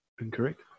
Incorrect